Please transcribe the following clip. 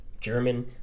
German